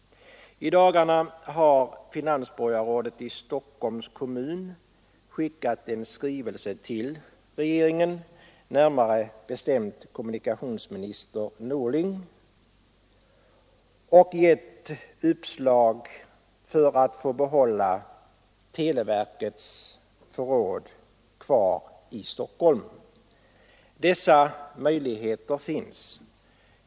I dagarna har finansborgarrådet i Stockholms kommun skickat en skrivelse till regeringen — närmare bestämt till kommunikationsminister Norling — och gett uppslag för att få behålla televerkets förråd i Stockholm. Dessa möjligheter finns.